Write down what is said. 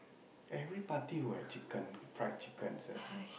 every party will have chicken fried chicken sir